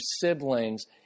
siblings